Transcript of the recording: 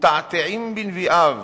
ומתעתעים בנביאיו